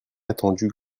attendu